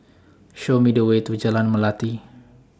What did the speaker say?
Show Me The Way to Jalan Melati